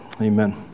Amen